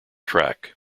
track